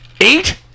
Eight